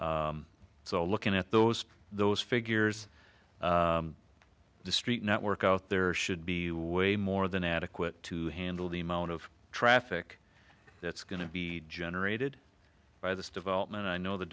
road so looking at those those figures to street network out there should be way more than adequate to handle the amount of traffic that's going to be generated by this development i know the